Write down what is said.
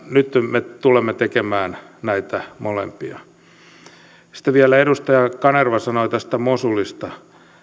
nyt me tulemme tekemään näitä molempia sitten vielä edustaja kanerva sanoi mosulista